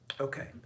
Okay